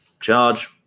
Charge